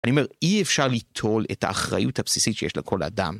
אני אומר, אי אפשר ליטול את האחריות הבסיסית שיש לכל אדם.